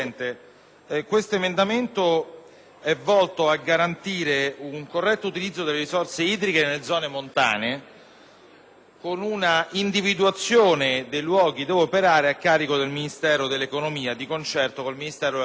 con un’individuazione dei luoghi dove operare a carico del Ministero dell’economia di concerto con il Ministero dell’agricoltura. Questo e un altro di quegli interventi utili e idonei, finanziabili con il Fondo per le aree sottoutilizzate.